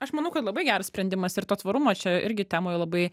aš manau kad labai geras sprendimas ir to tvarumo čia irgi temoj labai